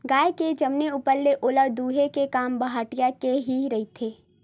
गाय के जनमे ऊपर ले ओला दूहे के काम पहाटिया के ही रहिथे